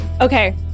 Okay